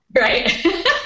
Right